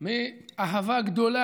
מאהבה גדולה,